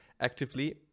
actively